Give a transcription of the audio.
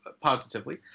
positively